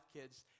Kids